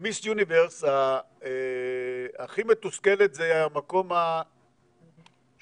במיס יוניברס הכי מתוסכלת זה המקום השני,